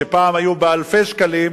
שפעם היו באלפי שקלים,